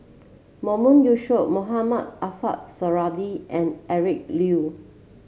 Mahmood Yusof Mohamed Ariff Suradi and Eric Low